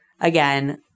again